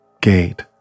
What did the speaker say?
gate